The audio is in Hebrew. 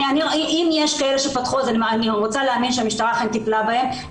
אם יש כאלה שפתחו אז אני רוצה להאמין שהמשטרה אכן טיפלה בהם.